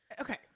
Okay